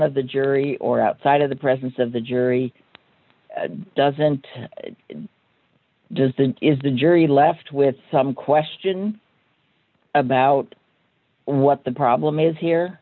of the jury or outside of the presence of the jury doesn't does the is the jury left with some question about what the problem is here